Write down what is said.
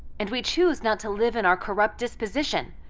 and we choose not to live in our corrupt disposition.